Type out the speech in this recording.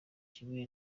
kimwe